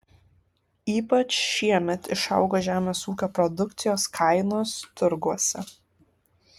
ypač šiemet išaugo žemės ūkio produkcijos kainos turguose